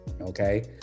okay